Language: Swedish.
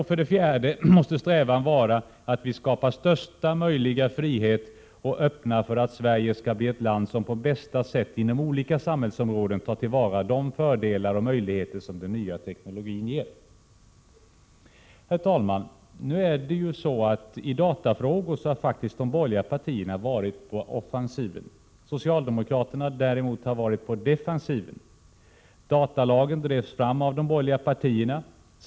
För det fjärde måste strävan vara att vi skapar största möjliga frihet och öppnar för att Sverige skall bli ett land som på bästa sätt inom olika samhällsområden tar till vara de fördelar och möjligheter som den nya teknologin ger. Herr talman! I datafrågorna har faktiskt de borgerliga partierna varit på offensiven. Socialdemokraterna däremot har varit på defensiven. Datalagen drevs fram av de borgerliga partierna.